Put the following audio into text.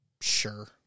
Sure